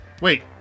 wait